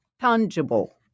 tangible